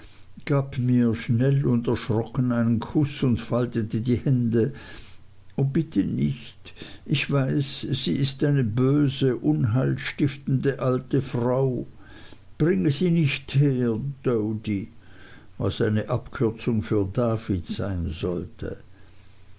gab mir schnell und erschrocken einen kuß und faltete die hände o bitte nicht ich weiß sie ist eine böse unheil stiftende alte frau bringe sie nicht her doady was eine abkürzung für david sein sollte